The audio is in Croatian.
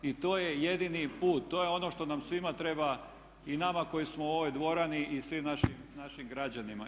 I to je jedini put, to je ono što nam svima treba i nama koji smo u ovoj dvorani i svim našim građanima.